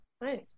Nice